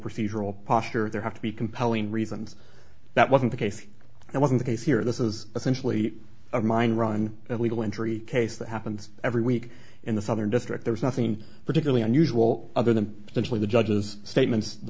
procedural posture there have to be compelling reasons that wasn't the case and wasn't the case here this is essentially a mine run at legal entry case that happens every week in the southern district there's nothing particularly unusual other than potentially the judge's statements the